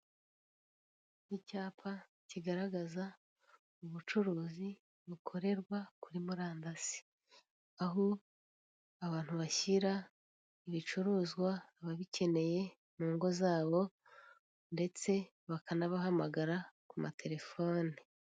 Icyapa kigaragaraza ubucuruzi bukorera kuri murandasi aho abantu bashyira ibicuruzwa kubabikeneye mu ngo zabo, ndetse bakanabahamagara na terefone.